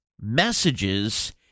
messages